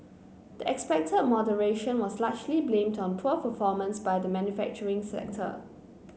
the expected moderation was largely blamed on poor performance by the manufacturing sector